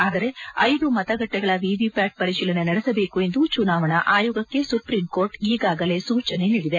ಆದರೆ ಐದು ಮತಗಟ್ಟೆಗಳ ವಿವಿಪ್ಯಾಟ್ ಪರಿಶೀಲನೆ ನಡೆಸಬೇಕು ಎಂದು ಚುನಾವಣೆ ಆಯೋಗಕ್ಕೆ ಸುಪ್ರೀಂ ಕೋರ್ಟ್ ಈಗಾಗಲೇ ಸೂಚನೆ ನೀಡಿದೆ